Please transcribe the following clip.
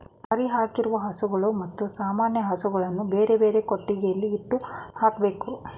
ಮರಿಯಾಕಿರುವ ಹಸುಗಳು ಮತ್ತು ಸಾಮಾನ್ಯ ಹಸುಗಳನ್ನು ಬೇರೆಬೇರೆ ಕೊಟ್ಟಿಗೆಯಲ್ಲಿ ಇಟ್ಟು ಹಾಕ್ಬೇಕು